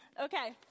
Okay